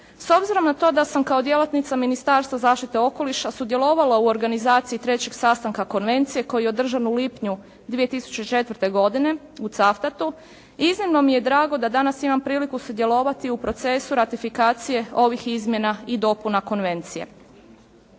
S obzirom na to da sam kao djelatnica Ministarstva zaštite okoliša sudjelovala u organizaciji 3. sastanka konvencije koji je održan u lipnju 2004. godine u Cavtatu iznimno mi je drago da danas imam priliku sudjelovati u procesu ratifikacije ovih izmjena i dopuna konvencije.